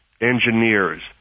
engineers